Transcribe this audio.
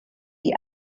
die